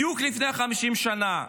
בדיוק לפני 50 שנה,